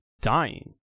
dying